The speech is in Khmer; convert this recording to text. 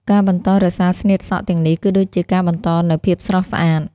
ការបន្តរក្សាស្នៀតសក់ទាំងនេះ គឺដូចជាការបន្តនូវ ភាពស្រស់ស្អាត។